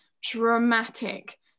dramatic